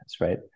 right